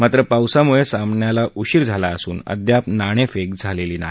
मात्र पावसामुळ सामन्याला उशीर झाला असून अद्याप नाणप्रफ्रफ झालक्षी नाही